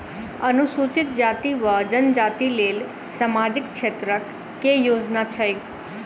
अनुसूचित जाति वा जनजाति लेल सामाजिक क्षेत्रक केँ योजना छैक?